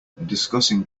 discussing